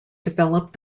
developed